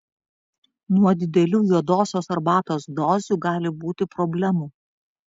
nuo didelių juodosios arbatos dozių gali būti problemų